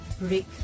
break